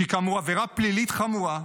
שהיא כאמור עבירה פלילית חמורה,